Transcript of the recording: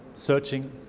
searching